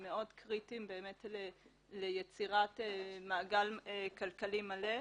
ומאוד קריטיים ליצירת מעגל כלכלי מלא,